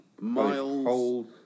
Miles